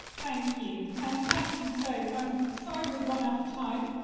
thank you, and thank you both. i'm sorry we've run out of time.